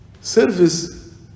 Service